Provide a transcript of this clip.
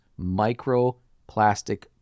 microplastic